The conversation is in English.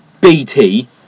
BT